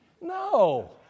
No